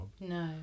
No